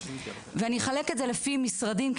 אני אחלק את זה לפי משרדים,